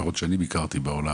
לפחות שאני ביקרתי בעולם.